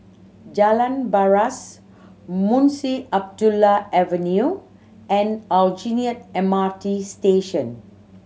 Jalan Paras Munshi Abdullah Avenue and Aljunied M R T Station